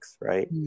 Right